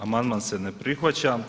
Amandman se ne prihvaća.